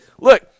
look